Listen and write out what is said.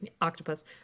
octopus